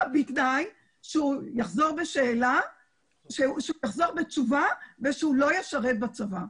בתנאי שהוא יחזור בתשובה ושהוא לא ישרת בצבא.